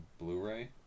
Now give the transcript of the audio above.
Blu-ray